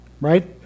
right